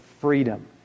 freedom